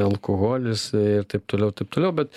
alkoholis ir taip toliau ir taip toliau bet